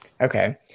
Okay